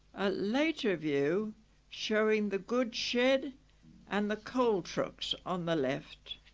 a later view showing the goods shed and the coal trucks on the left.